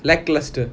lacklustre